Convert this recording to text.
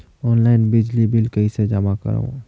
Online बिजली bill कइसे जमा करव?